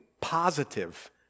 positive